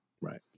right